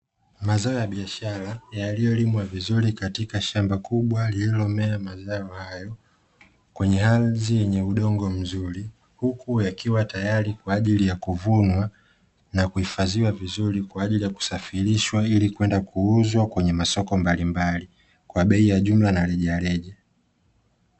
Mazao ya biashara yaliyolimwa vizuri katika shamba kubwa lililomea mazao hayo kwenye ardhi yenye udongo mzuri, huku yakiwa tayari kwa ajili ya kuvunwa na kuhifadhiwa vizuri kwa ajili ya kusafirishwa ili kwenda kuuzwa kwenye masoko mbalimbali kwa bei ya jumla na rejareja.